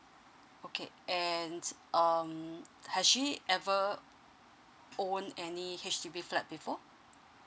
okay and um has she ever own any H_D_B flat before